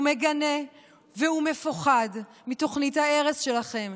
הוא מגנה והוא מפוחד מתוכנית ההרס שלכם,